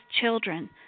children